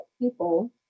people